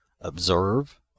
observe